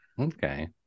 Okay